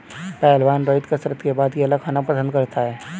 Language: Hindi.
पहलवान रोहित कसरत के बाद केला खाना पसंद करता है